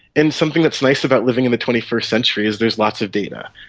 and something that's nice about living in the twenty first century is there's lots of data.